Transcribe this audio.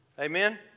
Amen